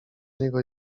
niego